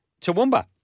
Toowoomba